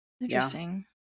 Interesting